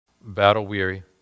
battle-weary